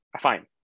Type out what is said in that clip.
fine